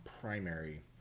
primary